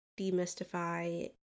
demystify